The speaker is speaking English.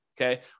okay